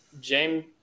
James –